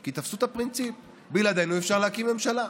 כי תפסו את הפרינציפ: בלעדינו אי-אפשר להרכיב ממשלה.